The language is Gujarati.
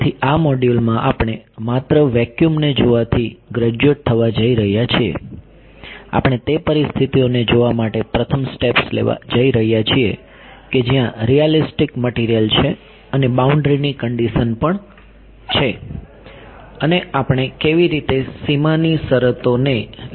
તેથી આ મોડ્યુલ માં આપણે માત્ર વેક્યુમ ને જોવાથી ગ્રેડયુએટ થવા જઈ રહ્યા છીએ આપણેતે પરિસ્થિતિઓને જોવા માટે પ્રથમ સ્ટેપ્સ લેવા જઈ રહ્યા છીએ કે જ્યાં રિયાલીસ્ટિક મટિરિયલ છે અને બાઉન્ડ્રીની કન્ડિશન પણ છે અને અમે કેવી રીતે સીમાની શરતો લાદીશું